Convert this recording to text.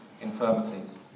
infirmities